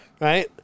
right